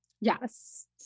Yes